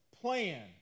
plan